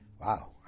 Wow